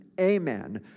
Amen